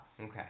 Okay